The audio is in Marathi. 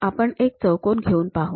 आपण एक चौकोन घेऊन पाहू